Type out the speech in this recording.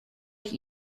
ich